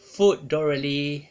food don't really